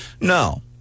No